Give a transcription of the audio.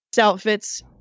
outfits